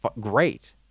great